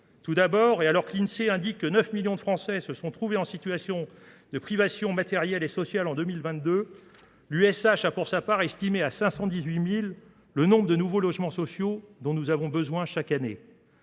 Tout d'abord, et alors que l'INSEE indique que 9 millions de Français se sont trouvés en situation de privation matérielle et sociale en 2022, l'USH a pour sa part estimé à 518 000 le nombre de nouveaux logements sociaux dont nous avons besoin chaque année.